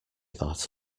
that